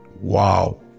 Wow